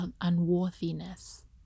unworthiness